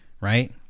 right